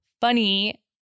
funny